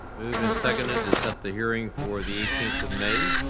moved and seconded to set the hearing for the eighteenth of may.